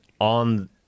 on